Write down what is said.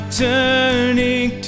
turning